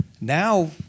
Now